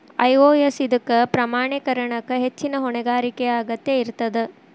IOS ಇದಕ್ಕ ಪ್ರಮಾಣೇಕರಣಕ್ಕ ಹೆಚ್ಚಿನ್ ಹೊಣೆಗಾರಿಕೆಯ ಅಗತ್ಯ ಇರ್ತದ